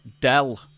Dell